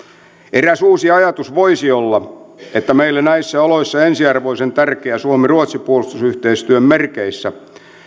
eräs uusi ajatus voisi olla että meille näissä oloissa ensiarvoisen tärkeän suomi ruotsi puolustusyhteistyön merkeissä